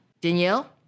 Danielle